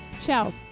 Ciao